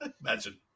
imagine